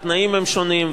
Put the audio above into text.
התנאים שונים.